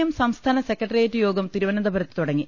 M സംസ്ഥാന secretariat യോഗം തിരു വനന്തപുരത്ത് തുടങ്ങി